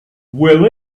will